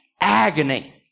agony